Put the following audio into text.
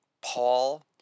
Paul